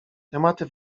tematy